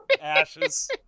ashes